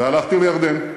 והלכתי לירדן,